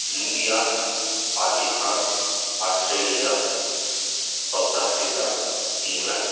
India Pakistan Australia South Africa England